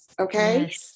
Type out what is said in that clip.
Okay